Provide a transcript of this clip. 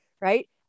right